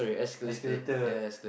escalator